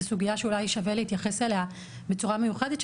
סוגיה שאולי שווה להתייחס אליה בצורה מיוחדת,